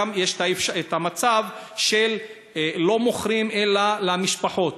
יש גם מצב שלא מוכרים אלא למשפחות,